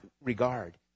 regard